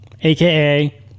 aka